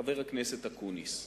חבר הכנסת אקוניס.